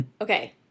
Okay